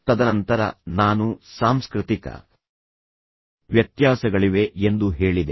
ತದನಂತರ ನಾನು ಸಾಂಸ್ಕೃತಿಕ ವ್ಯತ್ಯಾಸಗಳಿವೆ ಎಂದು ಹೇಳಿದೆ